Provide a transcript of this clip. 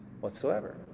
whatsoever